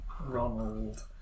Ronald